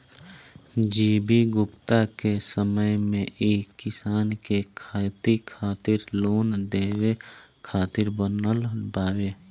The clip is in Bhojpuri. जी.वी गुप्ता के समय मे ई किसान के खेती खातिर लोन देवे खातिर बनल बावे